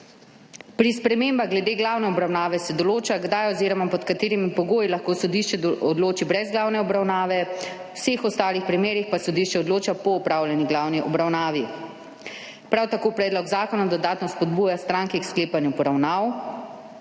Pri spremembah glede glavne obravnave se določa, kdaj oziroma pod katerimi pogoji lahko sodišče odloči brez glavne obravnave, v vseh ostalih primerih pa sodišče odloča po opravljeni glavni obravnavi. Prav tako predlog zakona dodatno spodbuja stranke k sklepanju poravnav